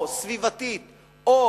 סביבתית או